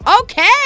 Okay